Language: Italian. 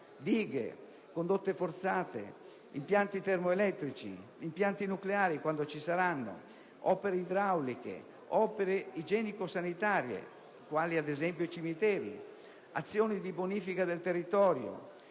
dighe; condotte forzate; impianti termoelettrici; impianti nucleari (quando ci saranno); opere idrauliche; opere igienico-sanitarie (ad esempio i cimiteri); azioni di bonifica del territorio;